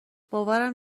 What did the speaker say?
باورم